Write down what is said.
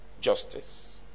justice